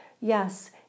Yes